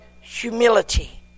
humility